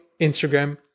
Instagram